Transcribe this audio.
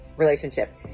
relationship